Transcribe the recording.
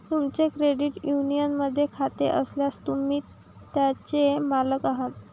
तुमचे क्रेडिट युनियनमध्ये खाते असल्यास, तुम्ही त्याचे मालक आहात